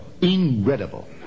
incredible